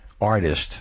artist